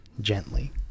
Gently